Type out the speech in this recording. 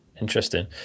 Interesting